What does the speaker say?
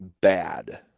bad